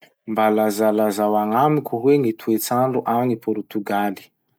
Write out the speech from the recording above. Mba lazalazao agnamiko hoe gny toetsandro agny Portogaly?